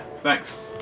Thanks